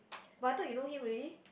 but I thought you know him already